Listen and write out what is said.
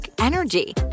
energy